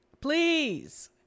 please